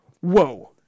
Whoa